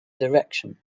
direction